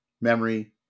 Memory